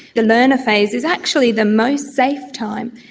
the learner phase is actually the most safe time,